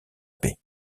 paix